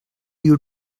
you